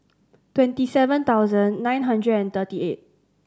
twenty seven thousand nine hundred and thirty eight